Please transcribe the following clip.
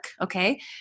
Okay